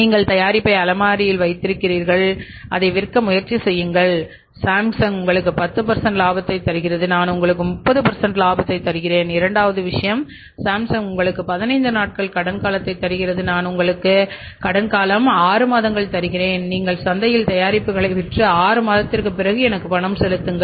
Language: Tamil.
நீங்கள் தயாரிப்பை அலமாரியில் வைத்திருக்கிறீர்கள் அதை விற்க முயற்சி செய்யுங்கள் சாம்சங் உங்களுக்கு 15 நாட்கள் கடன் காலத்தை தருகிறதுநான் உங்களுக்கு கடன் காலம் 6 மாதங்கள் தருகிறேன் நீங்கள் சந்தையில் தயாரிப்புகளை விற்று 6 மாதங்களுக்குப் பிறகு எனக்கு பணம் செலுத்துங்கள்